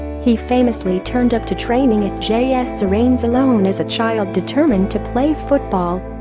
he famously turned up to training at js suresnes alone as a child determined to play football